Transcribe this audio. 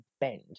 bend